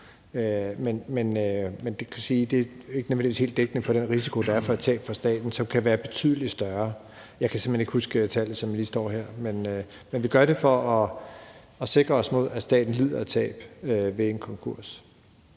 at det ikke nødvendigvis er helt dækkende for den risiko, der er for et tab for staten, som kan være betydelig større. Jeg kan simpelt hen ikke huske tallet, som jeg lige står her. Men vi gør det for at sikre os mod, at staten lider tab ved en konkurs.